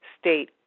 state